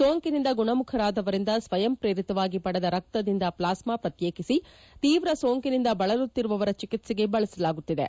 ಸೋಂಕಿನಿಂದ ಗುಣಮುಖರಾದವರಿಂದ ಸ್ವಯಂ ಪ್ರೇರಿತವಾಗಿ ಪಡೆದ ರಕ್ತದಿಂದ ಪ್ಲಾಸ್ಮಾ ಪ್ರತ್ಯೇಕಿಸಿ ಶೀವ್ರ ಸೋಂಕಿನಿಂದ ಬಳಲುತ್ತಿರುವವರ ಚಿಕಿತ್ಸೆಗೆ ಬಳಸಲಾಗುತ್ತಿದೆ